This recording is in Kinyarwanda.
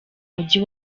mujyi